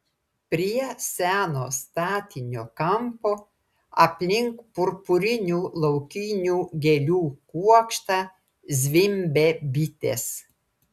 prie seno statinio kampo aplink purpurinių laukinių gėlių kuokštą zvimbė bitės